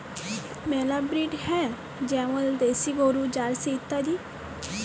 মেলা ব্রিড হ্যয় যেমল দেশি গরু, জার্সি ইত্যাদি